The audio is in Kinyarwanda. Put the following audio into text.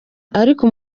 ariko